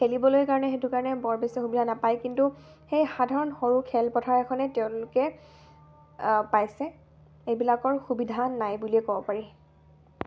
খেলিবলৈ কাৰণে সেইটো কাৰণে বৰ বেছি সুবিধা নাপায় কিন্তু সেই সাধাৰণ সৰু খেলপথাৰ এখনে তেওঁলোকে পাইছে এইবিলাকৰ সুবিধা নাই বুলিয়ে ক'ব পাৰি